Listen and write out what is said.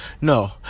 No